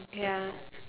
ya